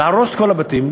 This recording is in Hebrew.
להרוס את כל הבתים,